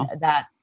that-